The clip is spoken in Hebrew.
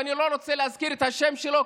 ואני לא רוצה להזכיר את השם שלו,